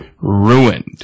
ruined